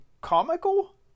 comical